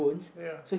ya